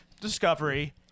Discovery